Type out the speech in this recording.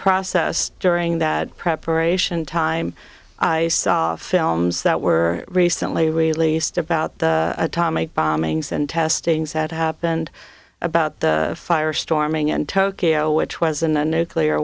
process during that preparation time i saw films that were recently released about the atomic bombings and testings that happened about the fire storming in tokyo which was in a nuclear